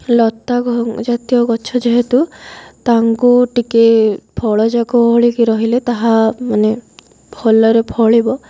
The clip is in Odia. ଲତା ଜାତୀୟ ଗଛ ଯେହେତୁ ତାଙ୍କୁ ଟିକେ ଫଳ ଯାକ ଓହଳି କି ରହିଲେ ତାହା ମାନେ ଭଲରେ ଫଳିବ